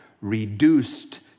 reduced